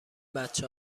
بچه